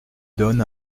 donne